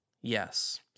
yes